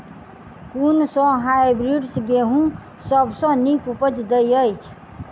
कुन सँ हायब्रिडस गेंहूँ सब सँ नीक उपज देय अछि?